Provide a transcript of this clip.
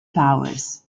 powers